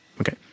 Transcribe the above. Okay